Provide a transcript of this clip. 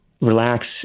relax